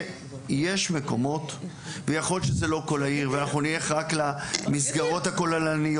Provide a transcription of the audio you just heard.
יש מקומות ויכול להיות שזה לא כל העיר ואנחנו נלך רק למסגרות הכוללניות.